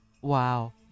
Wow